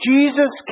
Jesus